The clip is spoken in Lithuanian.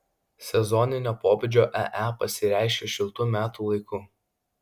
sezoninio pobūdžio ee pasireiškia šiltu metų laiku